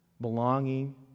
belonging